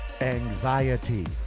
anxiety